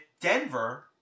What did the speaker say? Denver